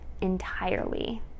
entirely